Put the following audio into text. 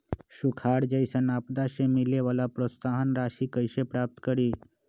सुखार जैसन आपदा से मिले वाला प्रोत्साहन राशि कईसे प्राप्त करी?